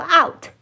out